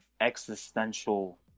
existential